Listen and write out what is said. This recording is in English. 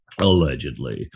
allegedly